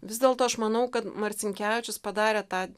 vis dėlto aš manau kad marcinkevičius padarė tą